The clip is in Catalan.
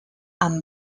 amb